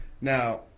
Now